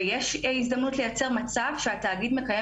ויש הזדמנות לייצר מצב שהתאגיד מקיים